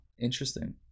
interesting